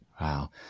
Wow